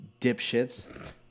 dipshits